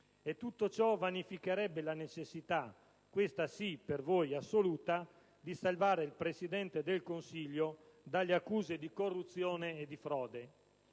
Tutto ciò vanificherebbe la necessità - questa sì - per voi assoluta di salvare il Presidente del Consiglio dalle accuse di corruzione e frode.